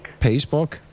Facebook